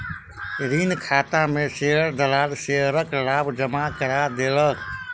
ऋण खाता में शेयर दलाल शेयरक लाभ जमा करा देलक